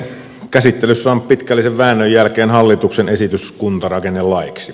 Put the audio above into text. käsittelyssä on pitkällisen väännön jälkeen hallituksen esitys kuntarakennelaiksi